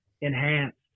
enhanced